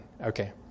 Okay